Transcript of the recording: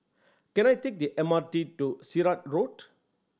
can I take the M R T to Sirat Road